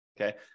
Okay